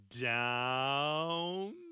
down